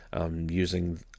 using